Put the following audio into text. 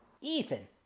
Ethan